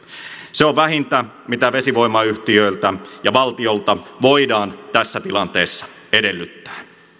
se on vähintä mitä vesivoimayhtiöiltä ja valtiolta voidaan tässä tilanteessa edellyttää